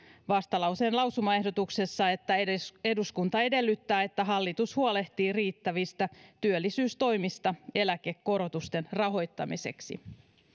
vastalauseen lausumaehdotuksessa että eduskunta edellyttää että hallitus huolehtii riittävistä työllisyystoimista eläkekorotusten rahoittamiseksi